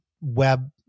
web